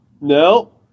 No